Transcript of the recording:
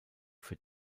für